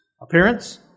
appearance